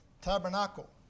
tabernacle